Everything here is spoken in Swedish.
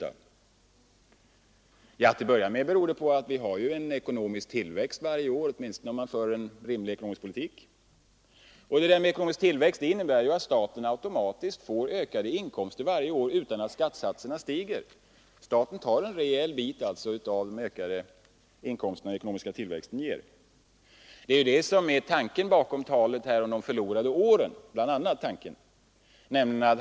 Till att börja med beror det på att vi har en ekonomisk tillväxt varje år, åtminstone om man för en rimlig ekonomisk politik. Denna tillväxt innebär att staten automatiskt får ökade inkomster varje år utan att skattesatserna stiger. Staten tar alltså en rejäl bit av de ökade inkomster som den ekonomiska tillväxten ger. Det är bl.a. det som är tanken bakom talet om de förlorade åren.